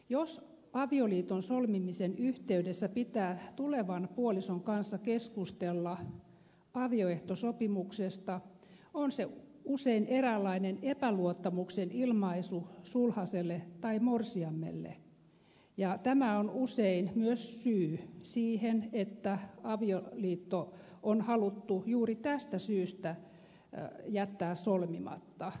jos avioliiton solmimisen yhteydessä pitää tulevan puolison kanssa keskustella avioehtosopimuksesta on se usein eräänlainen epäluottamuksen ilmaisu sulhaselle tai morsiamelle ja juuri tämä on usein myös syy siihen että avioliitto on haluttu jättää solmimatta